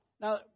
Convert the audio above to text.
now